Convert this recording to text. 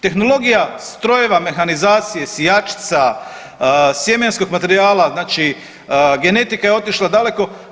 Tehnologija strojeva, mehanizacije, sijačica, sjemenskog materijala znači genetika je otišla daleko.